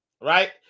Right